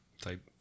type